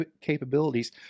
capabilities